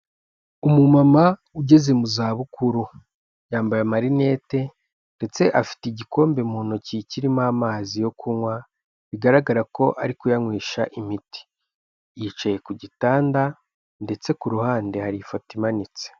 Umumama ugeze mu zabukuru, yambaye amarinete, ndetse afite igikombe mu ntoki kirimo amazi yo kunywa, bigaragara ko ari kuyanywesha imiti, yicaye ku gitanda ndetse ku ruhande hari ifoto imanitse.